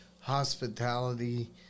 Hospitality